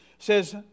says